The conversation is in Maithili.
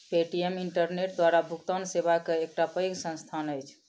पे.टी.एम इंटरनेट द्वारा भुगतान सेवा के एकटा पैघ संस्थान अछि